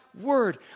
word